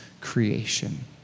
creation